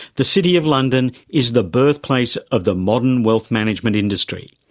the city of london is the birthplace of the modern wealth management industry,